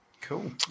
cool